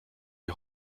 die